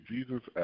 Jesus